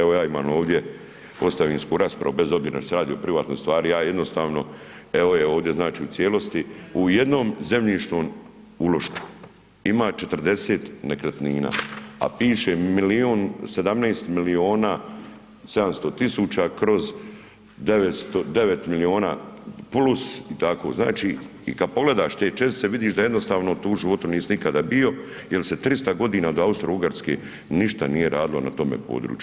Evo ja imam ovdje ostavinsku raspravu, bez obzira što se radi o privatnoj stvari, ja jednostavno, evo je ovdje znači u cijelosti u jednom zemljišnom ulošku ima 40 nekretnina, a piše milijun, 17 miliona 700 tisuća kroz 9 miliona plus i tako, znači i kad pogledaš te čestice vidiš da jednostavno tu u životu nisi nikada nisi bio jer se 300 godina od Austrougarske niša nije radilo na tome području.